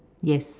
yes